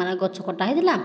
ମାନେ ଗଛ କଟା ହୋଇଥିଲା